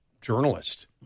journalist